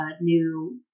new